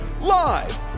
live